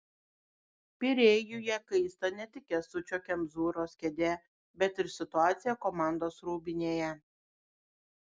pirėjuje kaista ne tik kęstučio kemzūros kėdė bet ir situacija komandos rūbinėje